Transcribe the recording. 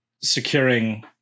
securing